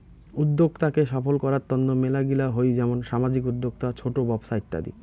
উদ্যোক্তা কে সফল করার তন্ন মেলাগিলা হই যেমন সামাজিক উদ্যোক্তা, ছোট ব্যপছা ইত্যাদি